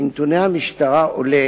מנתוני המשטרה עולה